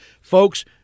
Folks